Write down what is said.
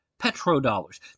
petrodollars